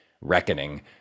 reckoning